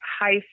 high